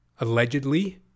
allegedly